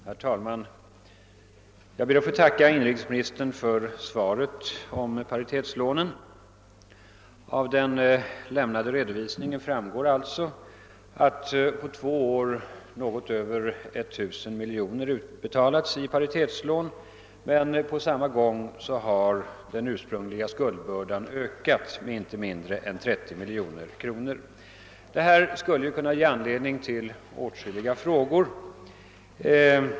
Herr talman! Jag ber att få tacka inrikesministern för svaret på frågan om paritetslånen. Av den lämnade redovisningen framgår att på två år något över 1 000 miljoner kronor har utbetalats i paritetslån, men på samma gång har den ursprungliga skuldbördan ökat med inte mindre än 30 miljoner kronor. Detta skulle kunna ge anledning till åtskilliga frågor.